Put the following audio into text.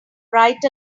right